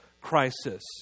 crisis